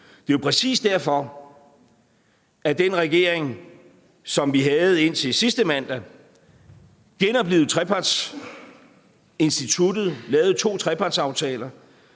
Det er præcis derfor, at den regering, som vi havde indtil sidste mandag, genoplivede trepartsinstrumentet, lavede to trepartsaftaler